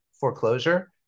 foreclosure